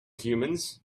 humans